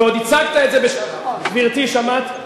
ועוד הצגת את זה בשם, גברתי, שמעת?